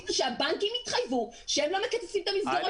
תחליטו שהבנקים יתחייבו שהם לא מקצצים את המסגרות.